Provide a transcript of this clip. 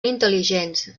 intel·ligents